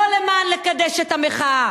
לא למען לקדש את המחאה.